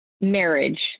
marriage